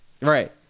Right